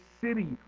city